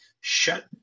shut